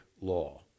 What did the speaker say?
law